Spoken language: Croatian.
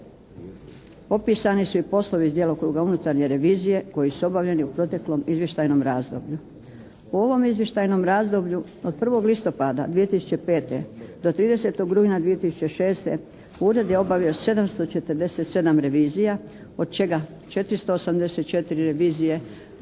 opisani su i poslovi iz djelokruga unutarnje revizije koji su obavljeni u proteklom izvještajnom razdoblju. U ovom izvještajnom razdoblju od 1. listopada 2005. do 30. rujna 2006. Ured je obavio 747 revizija od čega 484 revizije